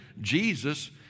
Jesus